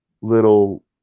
little